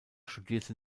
studierte